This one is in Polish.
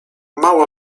mała